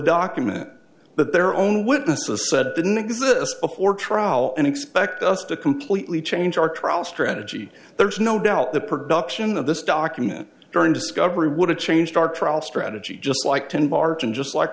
document that their own witnesses said than exist before trial and expect us to completely change our trial strategy there's no doubt the production of this document during discovery would have changed our trial strategy just like ten barton just like